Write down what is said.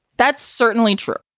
that's certainly true.